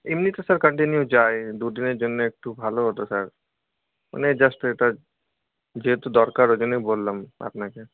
এমনি তো sir continue যায় দু দিনের জন্য একটু ভালো হতো স্যার মানে জাস্ট এটা যেহেতু দরকার ওই জন্যই বললাম আপনাকে